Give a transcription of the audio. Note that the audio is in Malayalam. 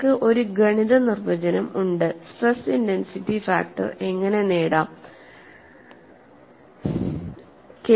നിങ്ങൾക്ക് ഒരു ഗണിത നിർവചനം ഉണ്ട് സ്ട്രെസ് ഇന്റൻസിറ്റി ഫാക്ടർ എങ്ങനെ നേടാം K I